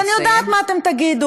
ואני יודעת מה אתם תגידו,